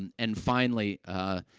and and finally, ah,